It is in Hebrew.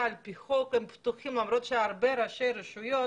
על פי חוק פתוחות למרות שהרבה ראשי רשויות